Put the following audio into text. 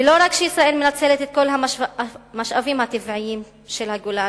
ולא רק שישראל מנצלת את כל המשאבים הטבעיים של הגולן,